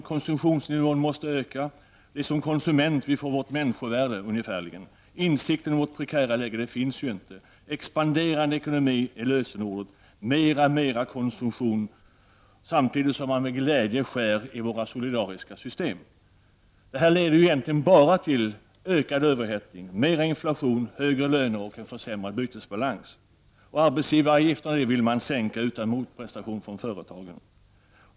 I stället måste konsumtionsnivån höjas. Det är som om vi som konsumenter får vårt människovärde. Någon insikt om vårt prekära läge finns inte. En expanderande ekonomi och mera konsumtion är tidens lösen, menar man. Samtidigt skär man med glädje i våra solidaritetssystem. Det här leder egentligen bara till ökad överhettning, mera inflation, högre löner och försämrad bytesbalans. Arbetsgivaravgiften vill moderaterna sänka utan motprestation från företagen.